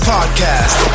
Podcast